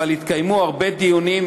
אבל התקיימו הרבה דיונים,